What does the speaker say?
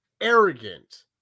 arrogant